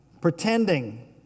pretending